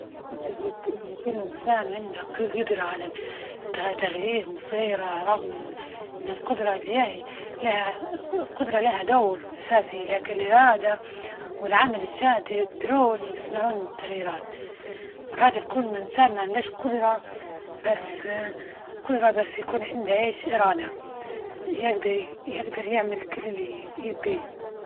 أعتجد إن كل إنسان عنده جدرة على تغيير مصيره، رغم إن- إن القدرة هذاهى لها القدرة لها دور أساسي، لكن الإرادة والعمل الجاد يجدرون، يصنعون التغييرات، مرات الكل، من سامع الناس قدرة بس قدرة بس يكون عنده إيش إرادة، يجدر يعمل كل اللى يبيه.